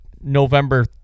November